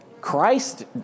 Christ